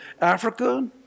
Africa